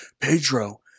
Pedro